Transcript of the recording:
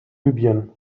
libyen